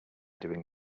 doing